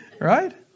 right